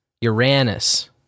Uranus